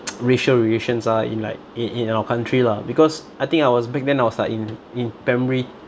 racial relations are in like in in our country lah because I think I was back then I was like in in primary